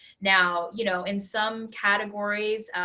now you know in some categories.